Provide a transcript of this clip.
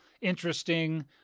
interesting